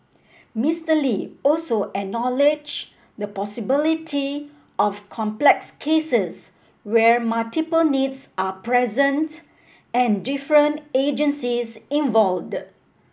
Mister Lee also acknowledged the possibility of complex cases where multiple needs are present and different agencies involved